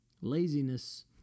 Laziness